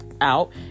out